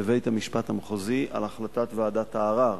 לבית-המשפט המחוזי על החלטת ועדת הערר